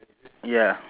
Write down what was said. brown and white